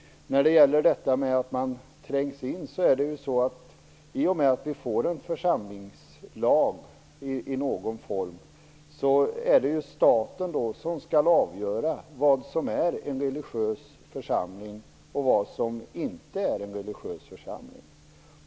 När det gäller detta med att man trängs in, så i och med att vi får en församlingslag i någon form är det staten som skall avgöra vad som är en religiös församling och vad som inte är en religiös församling.